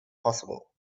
possible